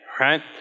right